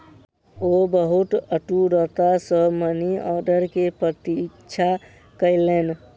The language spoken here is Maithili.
ओ बहुत आतुरता सॅ मनी आर्डर के प्रतीक्षा कयलैन